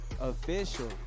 official